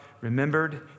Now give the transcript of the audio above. remembered